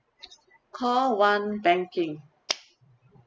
call one banking